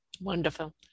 Wonderful